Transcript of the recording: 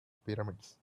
pyramids